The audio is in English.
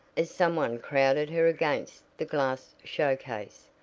as some one crowded her against the glass showcase.